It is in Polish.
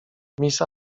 miss